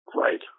right